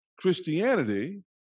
Christianity